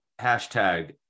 hashtag